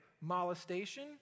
molestation